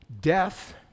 death